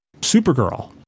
supergirl